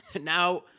Now